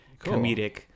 comedic